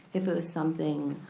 if it was something